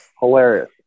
Hilarious